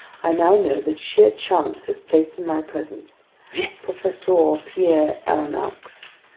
i now know that sheer chance has placed in my presence professor pierre aronnax,